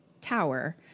tower